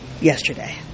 yesterday